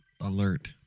alert